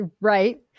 right